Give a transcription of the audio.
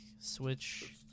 Switch